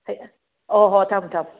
ꯑꯣ ꯍꯣꯏ ꯊꯝꯃꯦ ꯊꯝꯃꯦ